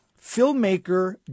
Filmmaker